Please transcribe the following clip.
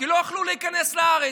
כי הם לא יכלו להיכנס לארץ.